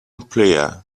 player